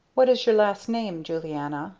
what is your last name, julianna?